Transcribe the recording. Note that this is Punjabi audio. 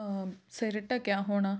ਸਿਰ ਢੱਕਿਆ ਹੋਣਾ